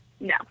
No